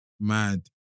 mad